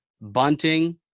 bunting